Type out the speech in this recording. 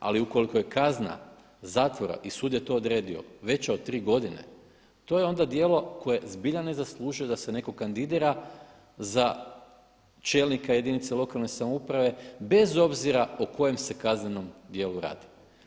Ali ukoliko je kazna zatvora i sud je to odredio veća od tri godine, to je onda djelo koje zbilja ne zaslužuje da se neko kandidira za čelnika jedinice lokalne samouprave, bez obzira o kojem se kaznenom djelu radi.